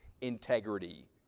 integrity